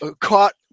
caught